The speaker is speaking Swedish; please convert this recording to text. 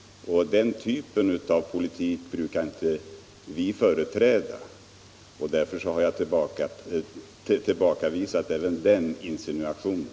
Den typen av politik brukar inte vi företräda. Därför har jag tillbakavisat även den insinuationen.